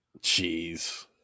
Jeez